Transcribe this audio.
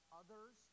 others